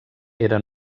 era